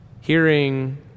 hearing